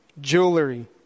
jewelry